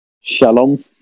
Shalom